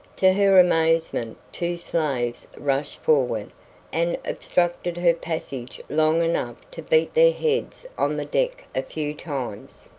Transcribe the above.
to her amazement two slaves rushed forward and obstructed her passage long enough to beat their heads on the deck a few times,